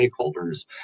stakeholders